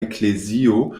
eklezio